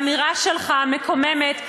האמירה שלך מקוממת,